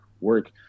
work